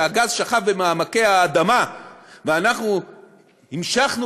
שהגז שכב במעמקי האדמה ואנחנו המשכנו